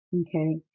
okay